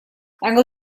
uncle